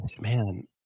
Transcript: man